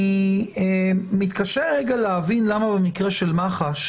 אני מתקשה להבין למה במקרה של מח"ש